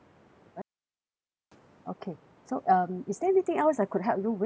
right mm okay so um is there anything else I could help you with